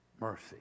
mercy